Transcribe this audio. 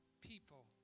people